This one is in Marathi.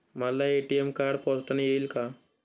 मला ए.टी.एम कार्ड पोस्टाने येईल का?